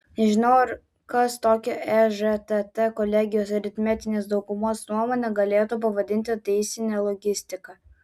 nežinau ar kas tokią ežtt kolegijos aritmetinės daugumos nuomonę galėtų pavadinti teisine logika